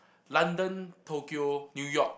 London Tokyo New-York